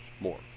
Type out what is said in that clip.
more